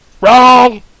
Wrong